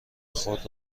خود